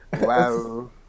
wow